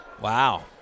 Wow